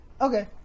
Okay